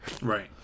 Right